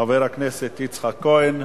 חבר הכנסת יצחק כהן.